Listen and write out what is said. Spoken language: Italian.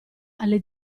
alle